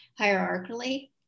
hierarchically